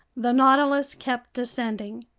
the nautilus kept descending.